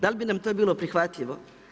Dal bi nam to bilo prihvatljivo?